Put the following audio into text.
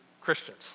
Christians